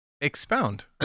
Expound